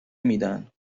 میدن